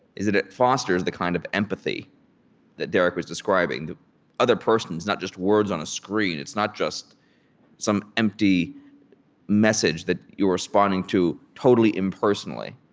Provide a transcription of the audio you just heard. is that it fosters the kind of empathy that derek was describing. the other person is not just words on a screen. it's not just some empty message that you're responding to, totally impersonally.